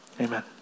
Amen